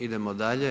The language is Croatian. Idemo dalje.